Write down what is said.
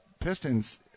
Pistons